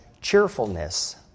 cheerfulness